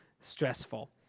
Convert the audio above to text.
stressful